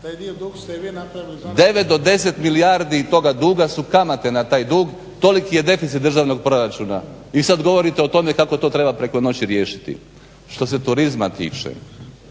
9, do 10 milijardi toga duga su kamate na taj dug, toliki je deficit državnog proračuna. I sad govorite o tome kako to treba preko noći riješiti. Što se turizma tiče,